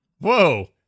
Whoa